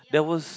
there was